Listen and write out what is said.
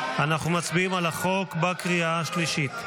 אנחנו מצביעים על החוק בקריאה השלישית.